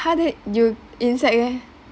how did you insect leh